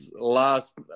last